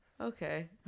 Okay